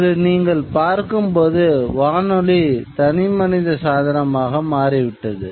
இன்று நீங்கள் பார்க்கும்போது வானொலி தனிமனித சாதனமாக மாறிவிட்டது